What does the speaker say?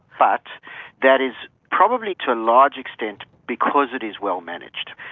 but that is probably to a large extent because it is well managed.